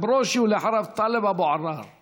ההצעה תועבר לוועדת העבודה,